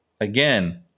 again